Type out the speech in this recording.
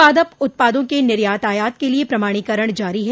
पादप उत्पादों के निर्यात आयात के लिए प्रमाणीकरण जारी है